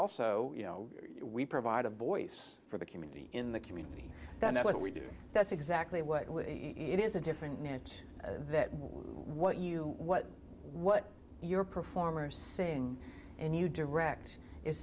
also you know we provide a voice for the community in the community that's what we do that's exactly what it is a different note that what you what what your performers saying and you direct is